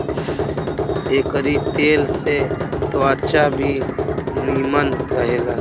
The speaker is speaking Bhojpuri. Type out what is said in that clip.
एकरी तेल से त्वचा भी निमन रहेला